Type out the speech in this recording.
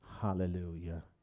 Hallelujah